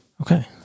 Okay